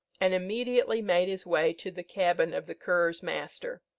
and immediately made his way to the cabin of the cur's master.